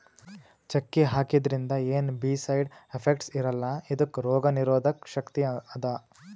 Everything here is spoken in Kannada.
ಚಕ್ಕಿ ಹಾಕಿದ್ರಿಂದ ಏನ್ ಬೀ ಸೈಡ್ ಎಫೆಕ್ಟ್ಸ್ ಇರಲ್ಲಾ ಇದಕ್ಕ್ ರೋಗ್ ನಿರೋಧಕ್ ಶಕ್ತಿ ಅದಾ